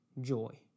Joy